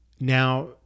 now